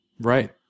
Right